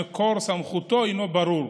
שמקור סמכותו אינו ברור,